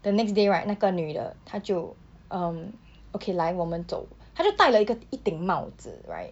the next day right 那个女的她就 than ni tao ta chio err okay 来我们走他就带来一个一顶帽子 men so tao chio tai lai e ke ki mao chu right